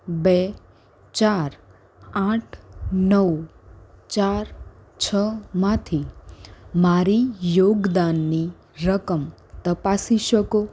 બે ચાર આઠ નવ ચાર છમાંથી મારી યોગદાનની રકમ તપાસી શકો